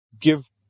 Give